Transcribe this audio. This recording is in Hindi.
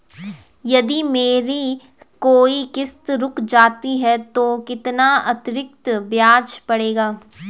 यदि मेरी कोई किश्त रुक जाती है तो कितना अतरिक्त ब्याज पड़ेगा?